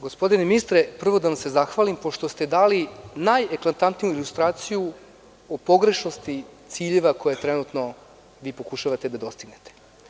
Gospodine ministre, prvo da vam se zahvalim što ste nam dali najeklantantniju ilustraciju o pogrešnosti ciljeva koje trenutno pokušavate da dostignete.